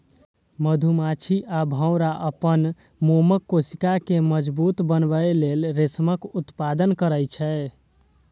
मधुमाछी आ भौंरा अपन मोमक कोशिका कें मजबूत बनबै लेल रेशमक उत्पादन करै छै